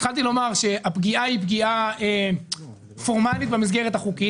התחלתי לומר שהפגיעה היא פגיעה פורמלית במסגרת החוקית